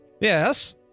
Yes